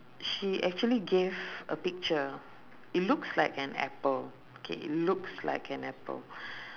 she actually gave a picture it looks like an apple okay it looks like an apple